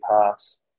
paths